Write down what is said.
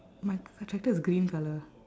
my my tractor is green colour